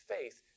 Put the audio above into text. faith